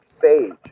sage